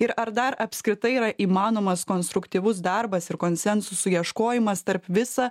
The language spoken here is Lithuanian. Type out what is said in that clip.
ir ar dar apskritai yra įmanomas konstruktyvus darbas ir konsensusų ieškojimas tarp visą